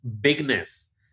bigness